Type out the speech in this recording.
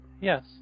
yes